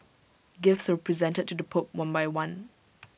gifts were presented to the pope one by one